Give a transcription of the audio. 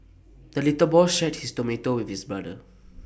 the little boy shared his tomato with his brother